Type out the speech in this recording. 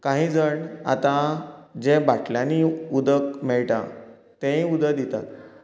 काही जण आतां जें बाटल्यांनी उदक मेळटा तेंयी उदक दितात